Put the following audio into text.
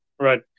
right